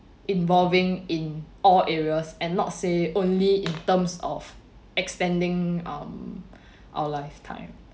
involving in all areas and not say only in terms of extending um our lifetime